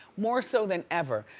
more so than ever.